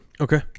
Okay